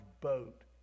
boat